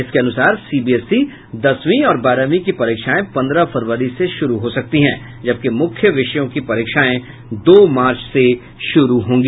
इसके अनुसार सीबीएसई दसवीं और बारहवीं की परीक्षायें पंद्रह फरवरी से शुरू हो सकती है जबकि मुख्य विषयों की परीक्षायें दो मार्च से शुरू होंगी